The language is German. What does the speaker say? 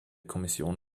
kommission